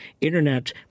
internet